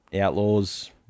outlaws